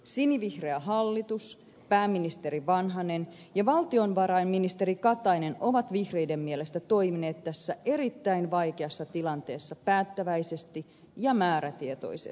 sinivihreä hallitus pääministeri vanhanen ja valtiovarainministeri katainen ovat vihreiden mielestä toimineet tässä erittäin vaikeassa tilanteessa päättäväisesti ja määrätietoisesti